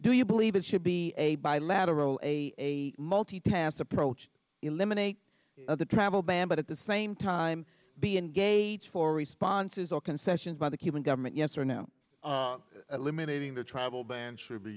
do you believe it should be a bilateral a multi task approach eliminate the travel ban but at the same time be engaged for responses or concessions by the cuban government yes or no limiting the travel ban should be